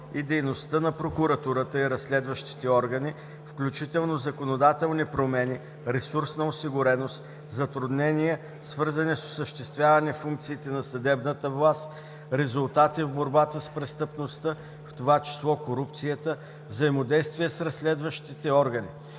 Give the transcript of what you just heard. и дейността на прокуратурата и разследващите органи, включително законодателни промени, ресурсна осигуреност, затруднения, свързани с осъществяване функциите на съдебната власт, резултати в борбата с престъпността, в т.ч. корупцията, взаимодействие с разследващите органи.